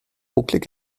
bucklig